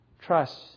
Trust